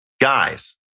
Guys